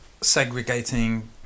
Segregating